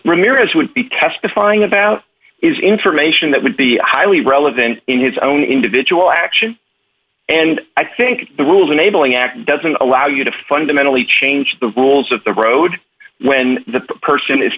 ramirez would be testifying about is information that would be highly relevant in his own individual action and i think the rules enabling act doesn't allow you to fundamentally change the rules of the road when the person is